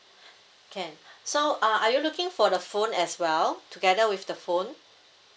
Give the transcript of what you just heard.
can so uh are you looking for the phone as well together with the phone